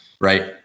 right